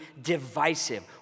divisive